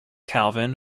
calvin